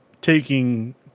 taking